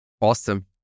Awesome